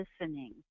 listening